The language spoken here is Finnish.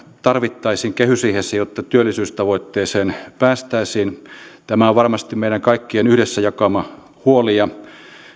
tarvittaisiin kehysriihessä jotta työllisyystavoitteeseen päästäisiin tämä on varmasti meidän kaikkien yhdessä jakama huoli ja